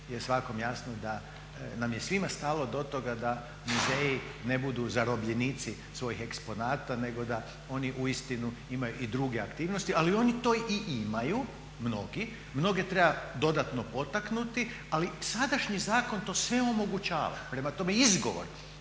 je svakom jasno da nam je svim stalo do toga da muzeji ne budu zarobljenici svojih eksponata nego da oni uistinu imaju i druge aktivnosti ali oni to i imaju mnogi. Mnoge treba dodatno potaknuti ali sadašnji zakon to sve omogućava. Prema tome, izgovor